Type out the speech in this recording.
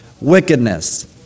wickedness